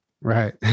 Right